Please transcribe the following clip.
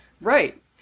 right